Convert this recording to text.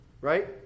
right